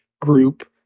group